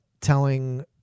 telling